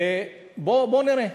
בואו נראה.